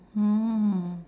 mm